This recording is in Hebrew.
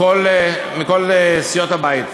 מכל סיעות הבית,